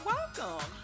Welcome